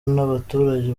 n’abaturage